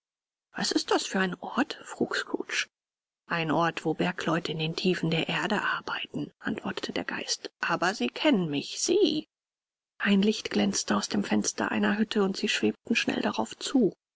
was ist das für ein ort frug scrooge ein ort wo bergleute in den tiefen der erde arbeiten antwortete der geist aber sie kennen mich sieh ein licht glänzte aus dem fenster einer hütte und sie schwebten schnell darauf zu